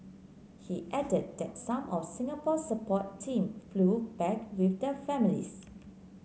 he added that some of Singapore support team flew back with the families